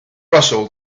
russell